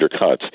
undercuts